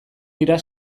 dira